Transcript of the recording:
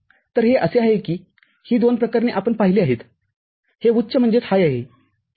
तरहे असे आहे की ही दोन प्रकरणे आपण पाहिली आहेत हे उच्च आहे ठीक आहे